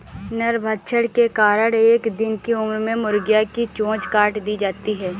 नरभक्षण के कारण एक दिन की उम्र में मुर्गियां की चोंच काट दी जाती हैं